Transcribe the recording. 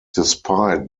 despite